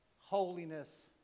holiness